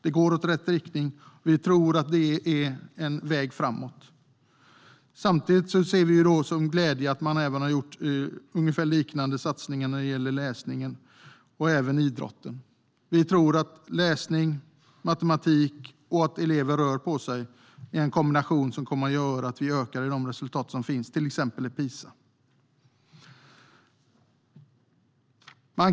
Det går i rätt riktning, och vi tror att det här är en väg framåt. Samtidigt ser vi med glädje på att man har gjort ungefär liknande satsningar när det gäller läsning och även idrott. Vi tror att läsning och matematik och att elever rör på sig är en kombination som kommer att göra att vi förbättrar de resultat som finns till exempel i PISA.